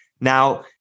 Now